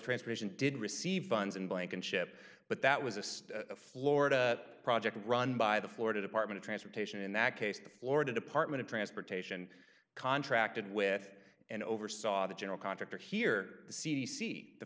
transportation did receive funds in blankenship but that was a state florida project run by the florida department of transportation in that case the florida department of transportation contracted with and oversaw the general contractor here the c d c the